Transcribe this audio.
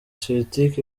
celtic